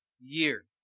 year